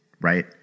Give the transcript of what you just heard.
Right